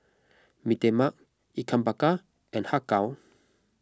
Mee Tai Mak Ikan Bakar and Har Kow